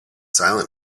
silent